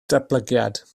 datblygiad